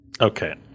Okay